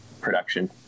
production